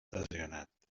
desganat